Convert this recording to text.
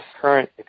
current